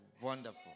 Wonderful